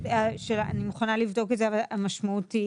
אני מוכנה לבדוק את זה אבל המשמעות היא